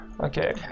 Okay